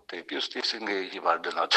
taip jūs teisingai įvardinote